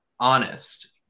honest